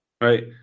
right